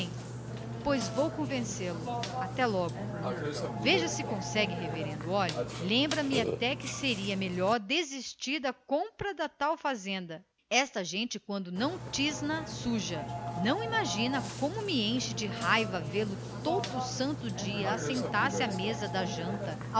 pois vou convencê-lo até logo veja se consegue reverendo olhe lembra-me até que seria melhor desistir de tal compra da fazenda esta gente quando não tisna suja não imagina a arrelia que me faz vê-lo todo o santo dia à mesa de janta